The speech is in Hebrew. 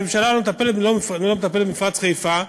הממשלה לא מטפלת במפרץ חיפה,